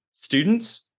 students